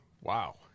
wow